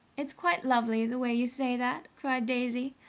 it's quite lovely, the way you say that! cried daisy.